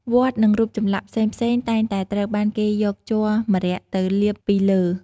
វត្ត និង រូបចម្លាក់ផ្សេងៗតែងតែត្រូវបានគេយកជ័រម្រ័ក្សណ៍ទៅលាបពីលើ។